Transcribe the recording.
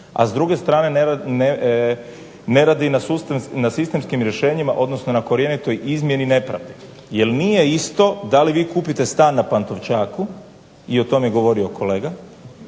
a s druge strane ne radi na sistemskim rješenjima, odnosno na korjenitoj izmjeni nepravde. Jer nije isto da li vi kupite stan na Pantovčaku, i o tome je govorio kolega,